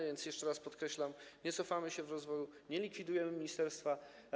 A więc jeszcze raz podkreślam: nie cofamy się w rozwoju, nie likwidujemy ministerstwa.